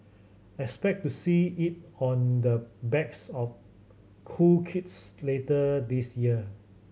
expect to see it on the backs of cool kids later this year